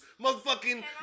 motherfucking